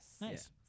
Nice